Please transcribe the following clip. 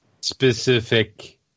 specific